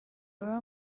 baba